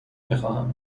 میخواهم